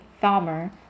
farmer